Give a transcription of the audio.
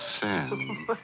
sin